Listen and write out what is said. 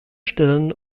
stellen